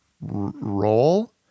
role